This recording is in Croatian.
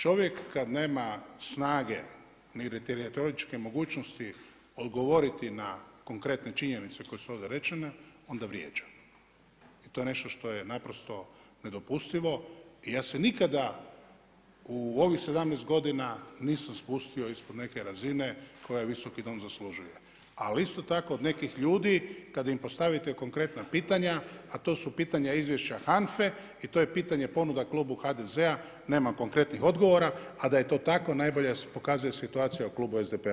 Čovjek kad nema snage niti retoričke mogućnosti odgovoriti na konkretne činjenice koje su ovdje rečene, onda vrijeđa i to je nešto što je naprosto nedopustivo i ja se nikada u ovih 17 godina nisam spustio ispod neke razine koja Visoki dom zaslužuje ali isto tako od nekih ljudi kad im postavite konkretna pitanja, a to su pitanja izvješća HANFA-e, i to je pitanja ponuda klubu HDZ-a, nema konkretnih odgovora, a da je to tako, najbolje se pokazuje situacija u klubu SDP-a.